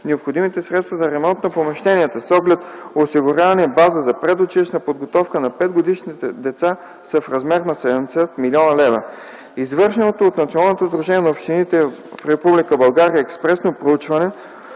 необходимите средства за ремонт на помещенията с оглед осигуряване база за предучилищна подготовка на 5-годишните деца са в размер на 70 млн. лв. Извършеното от Националното сдружение на общините в Република България експресно проучване